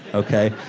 okay?